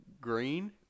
green